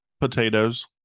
Potatoes